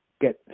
get